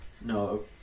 no